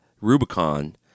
rubicon